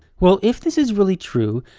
well, if this is really true,